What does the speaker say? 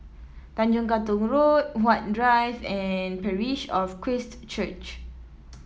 Tanjong Katong Road Huat Drive and Parish of Christ Church